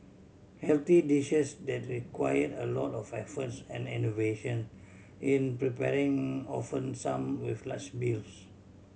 healthy dishes that required a lot of efforts and innovation in preparing often some with large bills